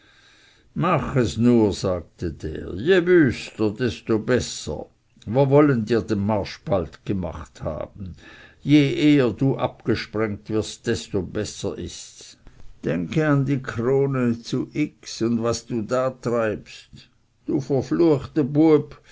mach es nur sagte der je wüster desto besser wir wollen dir den marsch bald gemacht haben je eher du abgesprengt wirst desto besser ists denke an die krone zu und was du da treibst du verfluechte